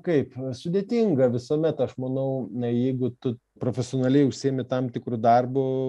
kaip sudėtinga visuomet aš manau jeigu tu profesionaliai užsiimi tam tikru darbu